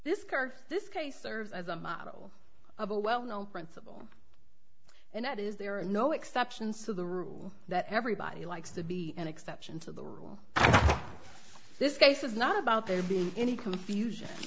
serves as a model of a well known principle and that is there are no exceptions to the rule that everybody likes to be an exception to the rule this case is not about there being any confusion